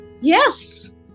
Yes